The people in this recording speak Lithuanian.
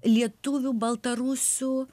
lietuvių baltarusių